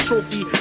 Trophy